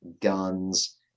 guns